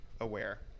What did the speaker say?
aware